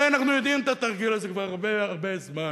הרי אנחנו יודעים את התרגיל הזה כבר הרבה הרבה זמן,